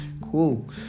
Cool